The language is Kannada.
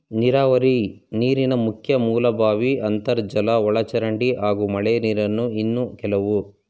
ನೀರಾವರಿ ನೀರಿನ ಮುಖ್ಯ ಮೂಲ ಬಾವಿ ಅಂತರ್ಜಲ ಒಳಚರಂಡಿ ಹಾಗೂ ಮಳೆನೀರು ಇನ್ನು ಕೆಲವು